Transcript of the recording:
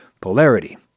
polarity